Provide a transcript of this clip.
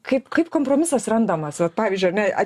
kaip kompromisas randamas vat pavyzdžiui ar ne